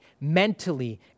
mentally